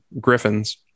griffins